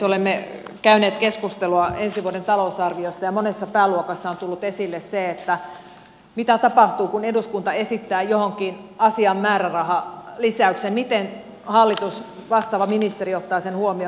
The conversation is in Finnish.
olemme käyneet keskustelua ensi vuoden talousarviosta ja monessa pääluokassa on tullut esille se mitä tapahtuu kun eduskunta esittää johonkin asiaan määrärahalisäyksen miten vastaava ministeri ottaa sen huomioon